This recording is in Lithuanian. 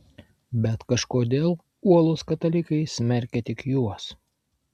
bet kažkodėl uolūs katalikai smerkia tik juos